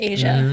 Asia